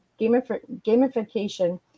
gamification